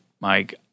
Mike